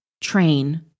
train